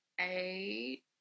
eight